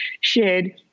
shared